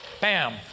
bam